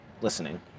listening